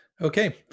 Okay